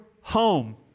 home